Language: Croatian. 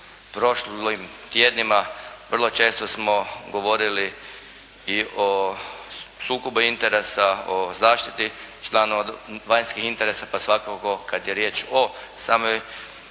prošlim tjednima vrlo često smo govorili i o sukobu interesa o zaštiti vanjskih interesa, pa svakako kada je riječ o samoj